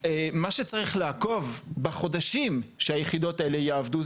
מה שצריך לעקוב בחודשים שהיחידות האלה יעבדו,